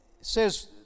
says